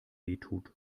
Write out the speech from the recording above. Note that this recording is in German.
wehtut